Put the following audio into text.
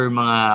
mga